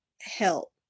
help